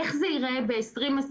איך זה ייראה ב-2021,